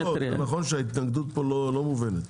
נכון שההתנגדות פה לא מובנת.